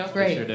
Great